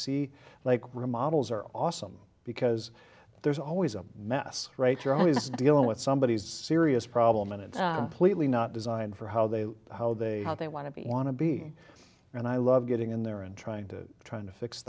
see like remodels are awesome because there's always a mess right you're always dealing with somebody who's serious problem and it pleased me not designed for how they how they how they want to be want to be and i love getting in there and trying to trying to fix